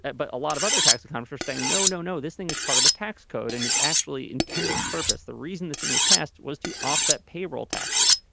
but a lot of other tax accounts from saying no no no this thing is part of the tax code and it's actually intended purpose. the reason this thing was passed was to offset payroll taxes.